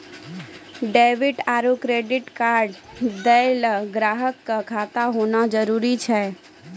debit आरू credit card दैय ल ग्राहक क खाता होना जरूरी छै